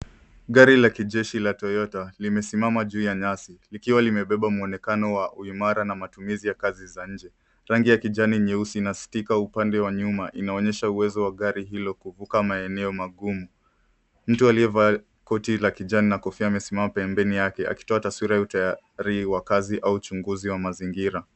Gari la kijeshi la Toyota limesimama juu ya nyasi likiwa limebeba mwonekano wa uimara wa matumizi ya kazi za nje. Rangi ya kijani-nyeusi na stika upande wa nyuma inaonyesha uwezo wa gari hilo kuvuka maeneo magumu. Mtu aliyevaa koti la kijani na kofia amesimama pembeni yake akitoa taswira ya utayari wa kazi au uchunguzi wa mazingira.